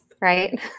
Right